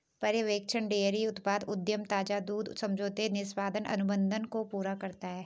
पर्यवेक्षण डेयरी उत्पाद उद्यम ताजा दूध समझौते निष्पादन अनुबंध को पूरा करता है